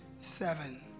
seven